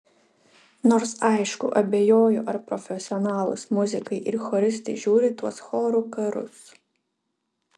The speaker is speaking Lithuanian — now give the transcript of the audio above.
nors aišku abejoju ar profesionalūs muzikai ir choristai žiūri tuos chorų karus